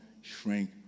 shrink